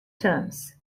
terms